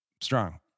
Strong